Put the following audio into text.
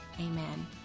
Amen